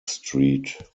street